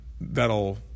that'll